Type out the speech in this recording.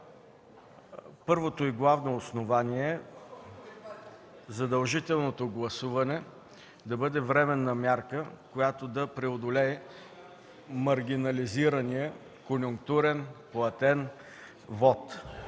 Първото и главно основание е задължителното гласуване да бъде временна мярка, която да преодолее маргинализирания, конюнктурен, платен вот.